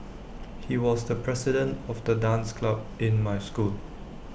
he was the president of the dance club in my school